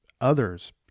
others